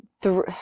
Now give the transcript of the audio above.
three